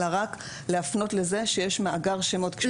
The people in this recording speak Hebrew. אלא רק להפנות לזה שיש מאגר שמות.